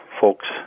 folks